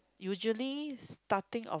usually starting of